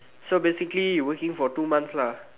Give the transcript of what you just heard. so basically you working for two months lah